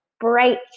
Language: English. bright